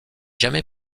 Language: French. jamais